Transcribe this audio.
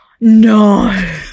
No